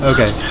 Okay